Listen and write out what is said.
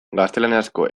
gaztelaniazko